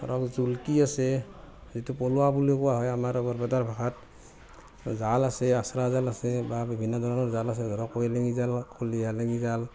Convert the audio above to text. ধৰক জুলুকি আছে যিটো পল বুলি কোৱা হয় আমাৰ বৰপেটা ভাষাত জাল আছে আচৰা জাল আছে বা বিভিন্ন ধৰণৰ জাল আছে ধৰক কইলিং জাল কলিয়ালাঙি জাল